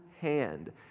hand